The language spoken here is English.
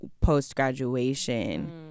post-graduation